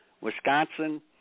Wisconsin